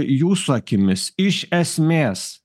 jūsų akimis iš esmės